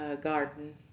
garden